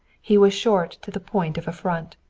he was short to the point of affront.